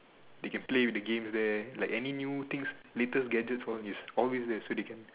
they play with the games there like any new things latest gadgets for is always there is so they can